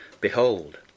behold